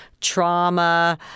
trauma